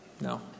No